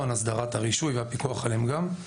- הסדרת הרישוי והפיקוח עליהם גם.